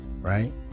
right